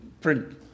print